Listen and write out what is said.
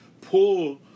pull